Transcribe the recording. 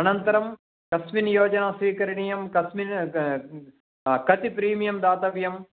अनन्तरं कस्मिन् योजना स्विकरणीया कस्मिन् कति प्रिमियम् दातव्यं